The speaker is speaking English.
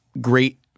great